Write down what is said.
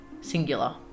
singular